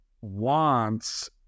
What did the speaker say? wants